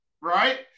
right